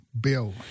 bill